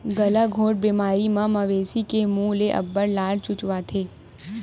गलाघोंट बेमारी म मवेशी के मूह ले अब्बड़ लार चुचवाथे